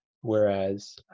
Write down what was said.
Whereas